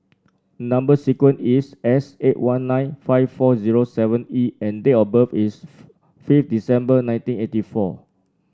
number sequence is S eight one nine five four zero seven E and date of birth is fifth December nineteen eighty four